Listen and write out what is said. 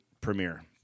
premiere